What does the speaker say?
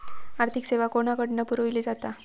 आर्थिक सेवा कोणाकडन पुरविली जाता?